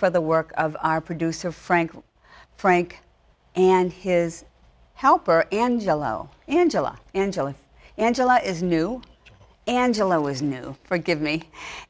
for the work of our producer frank frank and his helper angelo angela angela angela is new angela was no forgive me